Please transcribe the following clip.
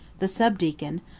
the sub-deacon,